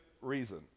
reason